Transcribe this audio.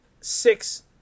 Six –